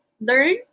learn